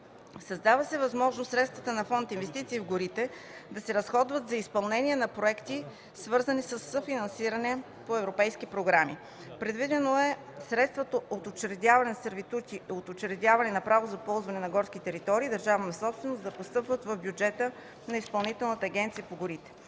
Създава се възможност средствата на фонд „Инвестиции в горите” да се разходват за изпълнение на проекти, съфинансирани от европейски програми. Предвидено е средствата от учредяване на сервитути и от учредяване на право на ползване за горските територии – държавна собственост, да постъпват в бюджета на Изпълнителната агенция по горите.